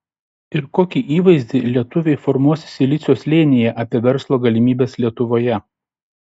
ir kokį įvaizdį lietuviai formuos silicio slėnyje apie verslo galimybes lietuvoje